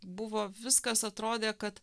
buvo viskas atrodė kad